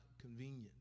convenient